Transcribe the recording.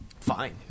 Fine